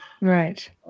Right